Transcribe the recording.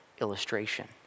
illustration